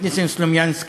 חבר הכנסת ניסן סלומינסקי,